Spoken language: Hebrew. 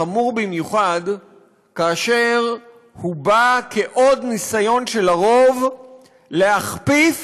חמור במיוחד כאשר הוא בא כעוד ניסיון של הרוב להכפיף